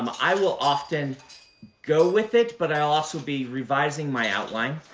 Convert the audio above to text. but i will often go with it, but i'll also be revising my outline.